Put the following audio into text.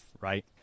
right